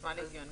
נשמע לי הגיוני.